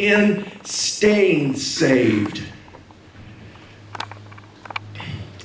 in staying saved